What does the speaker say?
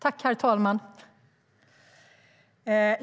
Herr talman!